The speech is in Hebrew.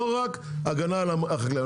לא רק הגנה על החקלאים.